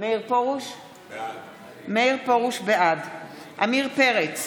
בעד עמיר פרץ,